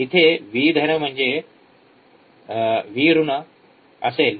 तर इथे व्ही धन V म्हणजे व्ही ऋण असेल